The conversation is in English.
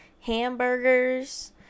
hamburgers